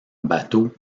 bateau